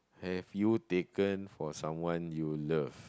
have you taken for someone you love